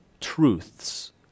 truths